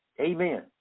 Amen